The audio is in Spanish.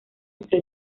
entre